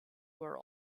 were